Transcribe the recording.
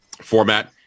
format